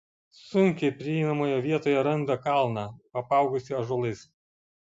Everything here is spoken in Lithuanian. sunkiai prieinamoje vietoje randa kalną apaugusį ąžuolais